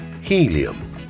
Helium